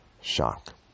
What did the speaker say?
shock